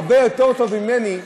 הרבה יותר טוב ממני,